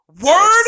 Word